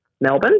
Melbourne